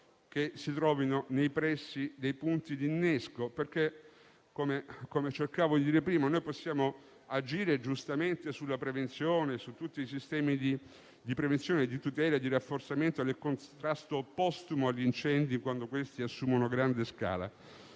che si trovano nei pressi dei punti di innesco. Infatti, come cercavo di dire prima, possiamo agire giustamente su tutti i sistemi di prevenzione, tutela e rafforzamento del contrasto postumo agli incendi quando questi assumono grande scala,